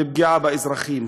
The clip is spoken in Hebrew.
לפגיעה באזרחים.